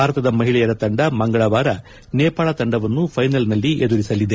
ಭಾರತದ ಮಹಿಳೆಯರ ತಂಡ ಮಂಗಳವಾರ ನೇಪಾಳ ತಂಡವನ್ನು ಫೈನಲ್ನಲ್ಲಿ ಎದುರಿಸಲಿದೆ